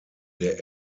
der